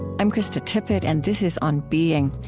i'm krista tippett, and this is on being.